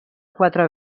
quatre